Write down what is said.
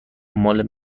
مال